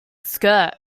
skirt